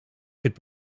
could